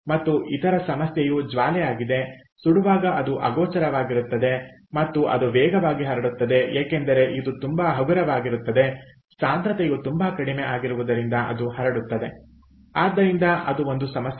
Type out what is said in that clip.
ಮತ್ತು ಇತರ ಸಮಸ್ಯೆಯು ಜ್ವಾಲೆ ಆಗಿದೆ ಸುಡುವಾಗ ಅದು ಅಗೋಚರವಾಗಿರುತ್ತದೆ ಮತ್ತು ಅದು ವೇಗವಾಗಿ ಹರಡುತ್ತದೆ ಏಕೆಂದರೆ ಇದು ತುಂಬಾ ಹಗುರವಾಗಿರುತ್ತದೆ ಸಾಂದ್ರತೆಯು ತುಂಬಾ ಕಡಿಮೆ ಆಗಿರುವುದರಿಂದ ಅದು ಹರಡುತ್ತದೆ ಆದ್ದರಿಂದ ಅದು ಒಂದು ಸಮಸ್ಯೆಯಾಗಿದೆ